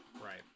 right